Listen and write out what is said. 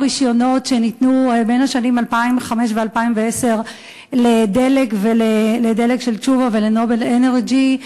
רישיונות שניתנו בין השנים 2005 ו-2010 ל"דלק" של תשובה ול"נובל אנרג'י".